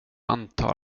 antar